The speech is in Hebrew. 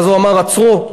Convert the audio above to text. ואז הוא אמר: עצרו.